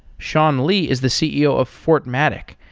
sean li is the ceo of fortmatic,